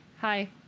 hi